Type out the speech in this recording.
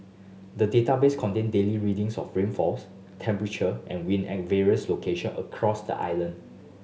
the database contain daily readings of rainfalls temperature and wind at various location across the island